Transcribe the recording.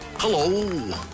Hello